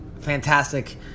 fantastic